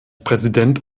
präsident